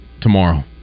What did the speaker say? tomorrow